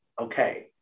okay